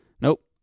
nope